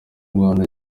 rwanda